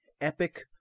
epic